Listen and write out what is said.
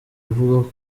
avuga